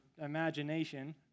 imagination